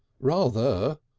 ra-ther,